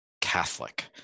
Catholic